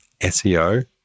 SEO